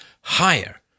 higher